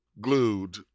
glued